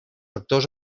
actors